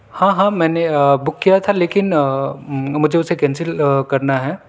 ہاں ہاں میں نے بک کیا تھا لیکن مجھے اسے کینسل کرنا ہے